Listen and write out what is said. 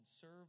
serve